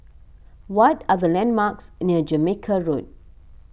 what are the landmarks near Jamaica Road